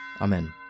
Amen